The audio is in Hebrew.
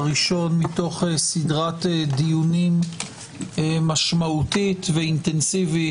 הראשון מתוך סדרת דיונים משמעותית ואינטנסיבית